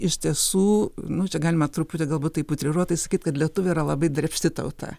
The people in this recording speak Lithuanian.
iš tiesų nu čia galima truputį galbūt taip utriruotai sakyt kad lietuviai yra labai darbšti tauta